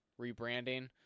rebranding